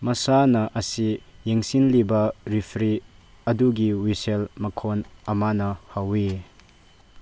ꯃꯁꯥꯟꯅ ꯑꯁꯤ ꯌꯦꯡꯁꯤꯜꯂꯤꯕ ꯔꯦꯐ꯭ꯔꯤ ꯑꯗꯨꯒꯤ ꯍꯨꯏꯁꯦꯜ ꯃꯈꯣꯜ ꯑꯃꯅ ꯍꯧꯏ